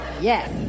Yes